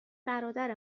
برادر